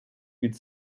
від